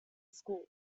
schools